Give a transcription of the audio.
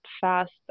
fast